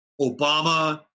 Obama